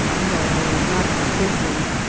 no not completely,